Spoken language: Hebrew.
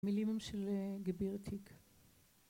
מילים של גבירטיג